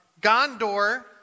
Gondor